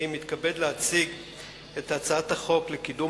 אני מתכבד להציג את הצעת החוק לקידום